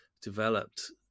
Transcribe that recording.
developed